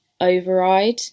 override